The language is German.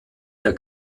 der